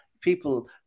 people